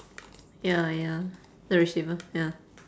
ya ya the receiver ya